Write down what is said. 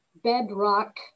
bedrock